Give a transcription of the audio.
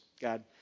God